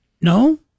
No